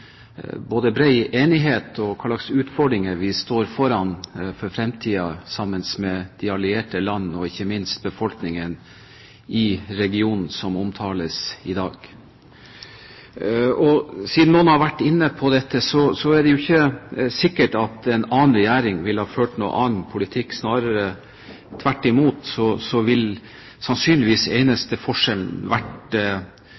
både bred enighet og hva slags utfordringer vi står foran i fremtiden sammen med de allierte land og, ikke minst, befolkningen i regionen som omtales i dag. Siden noen har vært inne på dette, så er det jo ikke sikkert at en annen regjering ville ha ført noen annen politikk. Snarere tvert imot – den eneste forskjellen ville sannsynligvis